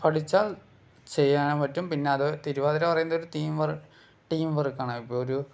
പഠിച്ചാൽ ചെയ്യാൻ പറ്റും പിന്നത് തിരുവാതിര പറയുന്നത് ഒരു തീം വർ ടീം വർക്കാണ് ഇപ്പോൾ ഒരു